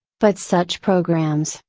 but such programs,